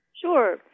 Sure